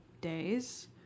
days